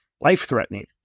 life-threatening